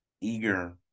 eager